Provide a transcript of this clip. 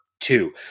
two